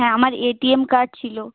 হ্যাঁ আমার ATM card ছিলো